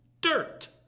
Dirt